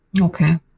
Okay